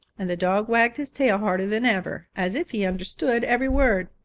and the dog wagged his tail harder than ever, as if he understood every word.